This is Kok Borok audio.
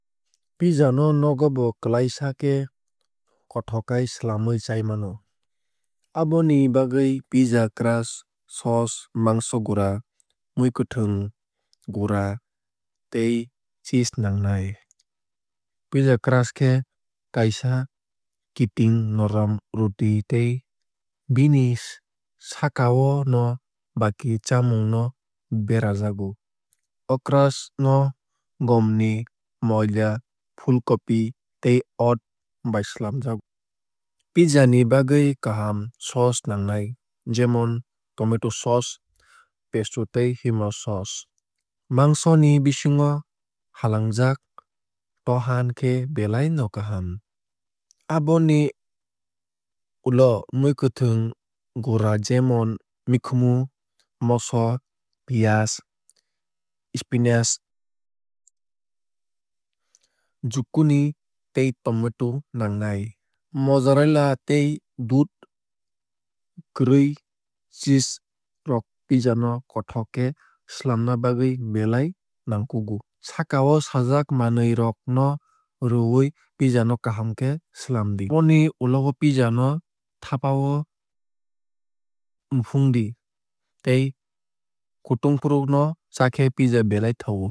Pizza no nogo bo klaisa khe kothokhai swlamwui chai mano. Aboni bagwui pizza crust souce mangso gura mwkhwuitwng gura tei cheese nangnai. Pizza crust khe kaisa kiting norom roti tei bini sakao no baki chamung no berajago. O crust no gom ni moida phool copi tei oat bai swlamjago. Pizza ni bagwui kaham souce nangnai jemon tomato souce pesto tei humus souce. Mangso ni bisingo halangjak tohan khe belai no kaham. Aboni ulo mwkhwuitwng gura jemon mikhumu moso piyaj spinach zucchuni tei tomato nangnai. Mozzarella tei dudh kwrwui cheese rok pizza no kothok khe swlamna bagwui belai nangkukgo. Sakao sajak manwui rok no rwui pizza no kaham khe swlamdi. Aboni ulo o pizza no thapao mufungdi tei kutungfru no chakhe pizza belai thogo.